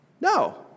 No